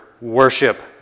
worship